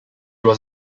was